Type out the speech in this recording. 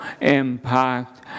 impact